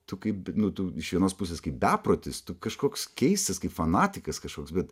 tu kaip nu tu iš vienos pusės kaip beprotis tu kažkoks keistas kaip fanatikas kažkoks bet